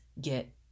get